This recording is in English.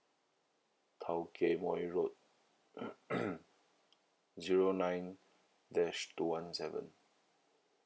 tao geh moi road zero nine dash two one seven